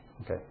Okay